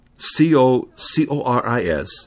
c-o-c-o-r-i-s